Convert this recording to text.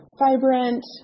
vibrant –